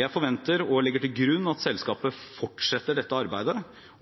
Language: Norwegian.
Jeg forventer og legger til grunn at selskapet fortsetter dette arbeidet.